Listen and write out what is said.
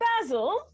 Basil